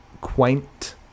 quaint